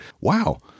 Wow